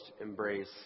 embrace